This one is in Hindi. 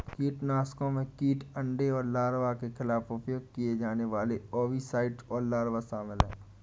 कीटनाशकों में कीट अंडे और लार्वा के खिलाफ उपयोग किए जाने वाले ओविसाइड और लार्वा शामिल हैं